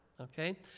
Okay